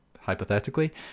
hypothetically